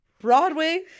Broadway